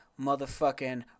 motherfucking